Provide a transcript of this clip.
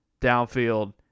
downfield